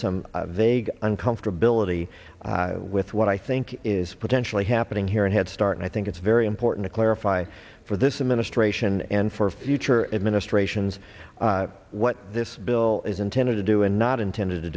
some vague and comfortability with what i think is potentially happening here and head start and i think it's very important to clarify for this administration and for future administrations what this bill is intended to do and not intended to